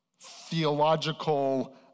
theological